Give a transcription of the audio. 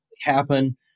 happen